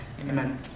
amen